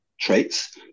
traits